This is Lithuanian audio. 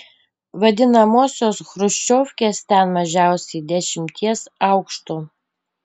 vadinamosios chruščiovkes ten mažiausiai dešimties aukštų